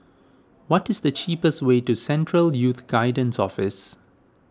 what is the cheapest way to Central Youth Guidance Office